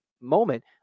moment